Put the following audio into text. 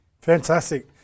Fantastic